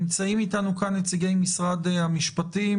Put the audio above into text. נמצאים אתנו כאן נציגי משרד המשפטים,